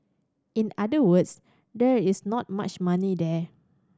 in other words there is not much money there